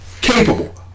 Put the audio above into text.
capable